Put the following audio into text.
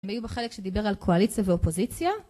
מיהו בחלק שדיבר על קואליציה ואופוזיציה